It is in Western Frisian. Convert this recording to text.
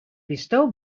bisto